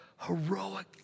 heroic